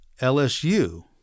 LSU